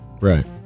Right